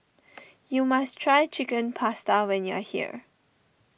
you must try Chicken Pasta when you are here